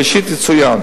ראשית יצוין